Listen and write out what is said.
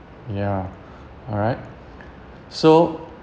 ya alright so